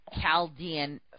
chaldean